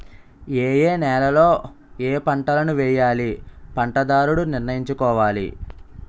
ఏయే నేలలలో ఏపంటలను వేయాలో పంటదారుడు నిర్ణయించుకోవాలి